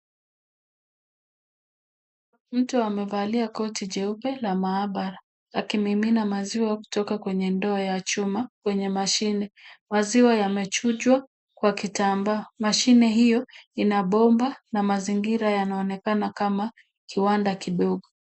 Mtu amevalia koti jeupe la maabara, akimimina maziwa kutoka kwenye ndoo ya chuma kwenye mashine ,maziwa yamechujwa kwa kitambaa, maziwa hiyo Ina Bomba na mazingira yanaoneka kama kibanda kidogo.